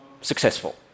successful